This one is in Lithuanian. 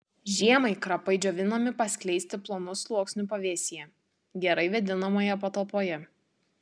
žiemai krapai džiovinami paskleisti plonu sluoksniu pavėsyje gerai vėdinamoje patalpoje